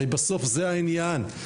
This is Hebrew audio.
הרי בסוף זה העניין,